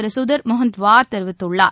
கதிர் முங்கந்த்வார் தெரிவித்துள்ளார்